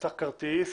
תפתח כרטיס